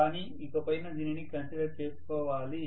కానీ ఇక పైన దీనిని కన్సిడర్ చేసుకోవాలి